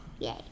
Yay